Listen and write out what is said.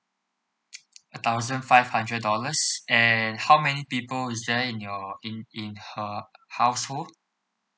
a thousand five hundred dollars and how many people is there in your in in her household